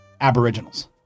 aboriginals